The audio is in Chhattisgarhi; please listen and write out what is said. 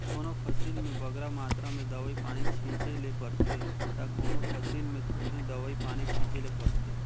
कोनो फसिल में बगरा मातरा में दवई पानी छींचे ले परथे ता कोनो फसिल में थोरहें दवई पानी छींचे ले परथे